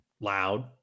loud